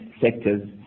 sectors